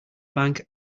bank